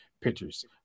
pictures